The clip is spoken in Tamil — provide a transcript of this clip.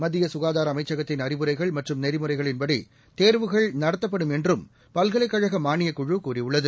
மத்தியசுகாதாரஅமைச்சகத்தின் அறிவுரைகள் மற்றும் நெறிமுறைகளின்படிதேர்வுகள் நடத்தப்படும் என்றும் பல்கலைக் கழகமானியக் குழு கூறியுள்ளது